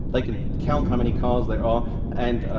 they can count how many cars there are and,